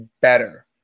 better